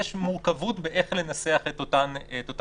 יש מורכבות איך לנסח את אותן מגבלות.